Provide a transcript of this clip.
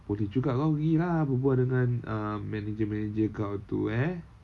boleh juga kau pergi lah berbual dengan um manager manager kau tu eh